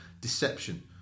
deception